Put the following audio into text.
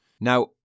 Now